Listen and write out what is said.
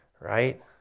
right